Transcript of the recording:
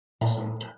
Awesome